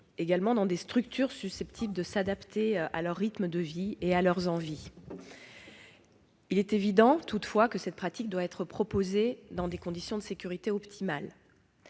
au sein de structures susceptibles de s'adapter à leur rythme de vie et à leurs envies. Il est évident que cette pratique doit être proposée dans des conditions de sécurité optimales.